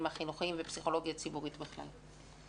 החינוכיים ופסיכולוגיה ציבורית בכלל.